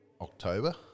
October